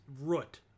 root